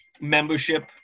membership